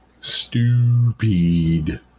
Stupid